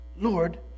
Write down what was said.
Lord